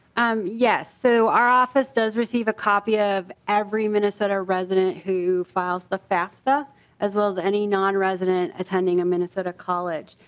um yes. so our office does receive a copy of every minnesota resident who files for fafsa as well as any nonresidents attending a minnesota college.